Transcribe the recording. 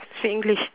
speak English